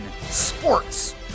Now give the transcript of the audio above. Sports